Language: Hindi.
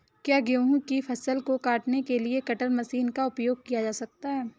क्या गेहूँ की फसल को काटने के लिए कटर मशीन का उपयोग किया जा सकता है?